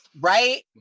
Right